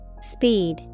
Speed